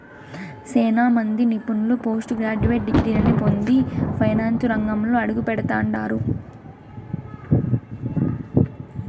సేనా మంది నిపుణులు పోస్టు గ్రాడ్యుయేట్ డిగ్రీలని పొంది ఫైనాన్సు రంగంలో అడుగుపెడతండారు